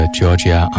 Georgia